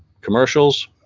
commercials